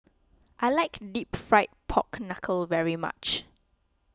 I like Deep Fried Pork Knuckle very much